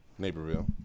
Neighborville